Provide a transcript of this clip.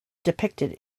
depicted